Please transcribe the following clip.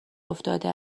افتاده